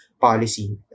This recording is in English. policy